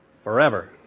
forever